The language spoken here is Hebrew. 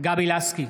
גבי לסקי,